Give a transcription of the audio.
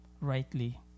rightly